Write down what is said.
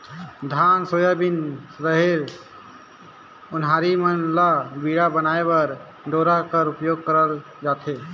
धान, सोयाबीन, रहेर, ओन्हारी मन ल बीड़ा बनाए बर डोरा कर उपियोग करल जाथे